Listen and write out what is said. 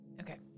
Okay